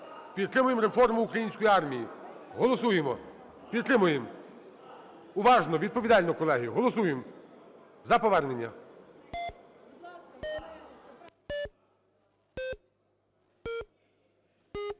Підтримуємо реформу української армії. Голосуємо. Підтримуємо. Уважно, відповідально, колеги. Голосуємо за повернення.